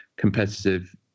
competitive